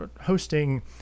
hosting